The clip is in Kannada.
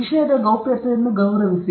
ವಿಷಯದ ಗೌಪ್ಯತೆಯನ್ನು ಗೌರವಿಸಿ